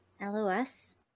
LOS